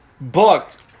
booked